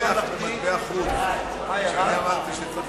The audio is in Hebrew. ביטוח בריאות ממלכתי?